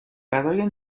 برای